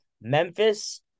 Memphis